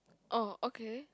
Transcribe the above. oh okay